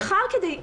כבוד היועץ,